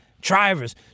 drivers